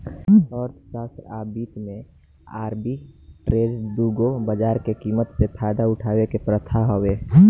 अर्थशास्त्र आ वित्त में आर्बिट्रेज दू गो बाजार के कीमत से फायदा उठावे के प्रथा हवे